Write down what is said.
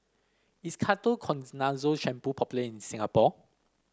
is Ketoconazole Shampoo popular in Singapore